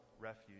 refuge